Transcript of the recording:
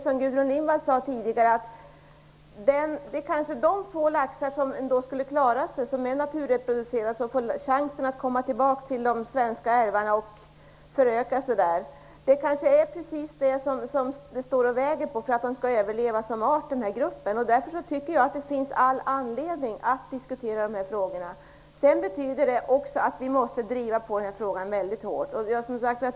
Som Gudrun Lindvall sade tidigare är det kanske de få laxar som är naturreproducerande som får chansen att komma tillbaka till de svenska älvarna och föröka sig där. Det är kanske precis det som är avgörande för att de skall överleva som art. Jag tycker därför att det finns all anledning att diskutera dessa frågor. Vi måste driva denna fråga mycket hårt.